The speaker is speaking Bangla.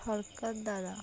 সরকার দ্বারা